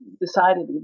decided